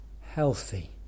healthy